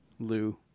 Lou